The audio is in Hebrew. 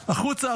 "החוצה,